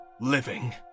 living